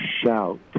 shout